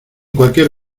cualquier